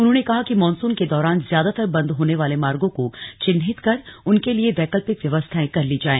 उन्होंने कहा कि मानसून के दौरान ज्यादातर बन्द होने वाले मार्गों को चिन्हित कर उनके लिए वैकल्पिक व्यवस्थाए कर ली जाए